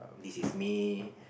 this is me